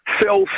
filth